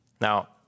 Now